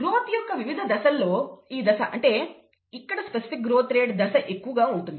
growth యొక్క వివిధ దశల్లో ఈ దశ అంటే ఇక్కడ స్పెసిఫిక్ గ్రోత్ రేట్ దశ ఎక్కువ ఉంటుంది